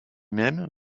même